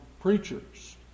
preachers